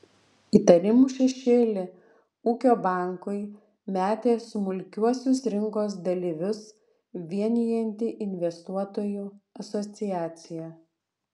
įtarimų šešėlį ūkio bankui metė smulkiuosius rinkos dalyvius vienijanti investuotojų asociacija